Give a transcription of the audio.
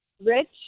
Rich